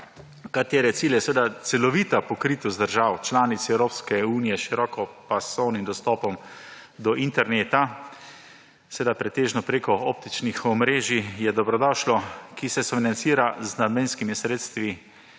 katere cilj je celovita pokritost držav članic Evropske unije s širokopasovnim dostopom do interneta, seveda pretežno preko optičnih omrežij, je dobrodošlo, ki se financira z namenskimi sredstvi